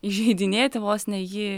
įžeidinėti vos ne jį